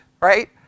right